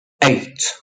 eight